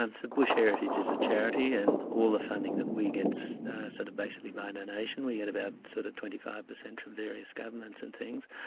um so bush heritage is a charity and all the funding that we get is sort of basically by donation. we get about sort of twenty five percent from various governments and things,